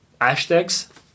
hashtags